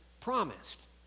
promised